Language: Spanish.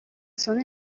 zona